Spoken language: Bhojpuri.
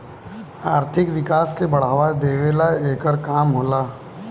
आर्थिक विकास के बढ़ावा देवेला एकर काम होला